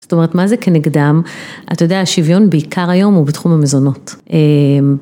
זאת אומרת מה זה כנגדם? אתה יודע השוויון בעיקר היום הוא בתחום המזונות. אהמ...